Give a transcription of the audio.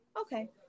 Okay